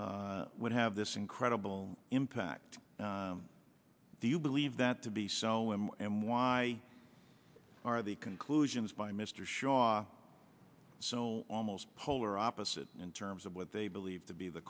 law would have this incredible impact do you believe that to be so him and why are the conclusions by mr shaw so almost polar opposite in terms of what they believe to be the